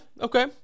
okay